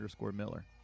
Miller